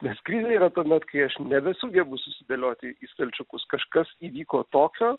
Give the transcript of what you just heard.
nes krizė yra tuomet kai aš nebesugebu susidėlioti į stalčiukus kažkas įvyko tokio